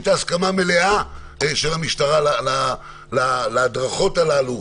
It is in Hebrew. הייתה הסכמה מלאה של המשטרה להדרכות הללו,